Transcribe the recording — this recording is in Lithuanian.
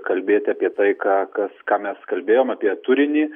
kalbėti apie tai ką kas ką mes kalbėjom apie turinį